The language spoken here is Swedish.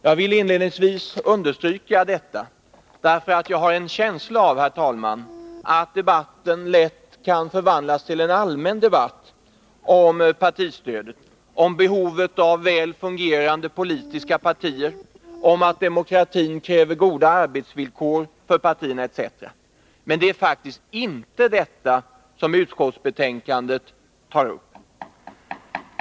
Jag vill inledningsvis understryka detta, därför att jag har en känsla av att debatten lätt kan förvandlas till en allmän debatt om partistödet, om behovet av väl fungerande politiska partier, om att demokratin kräver goda arbetsvillkor för partierna etc. Men det är faktiskt inte detta som utskottsbetänkandet tar upp.